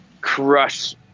crush